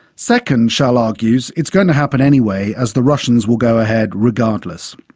second, shell argues, it's going to happen anyway, as the russians will go ahead regardless.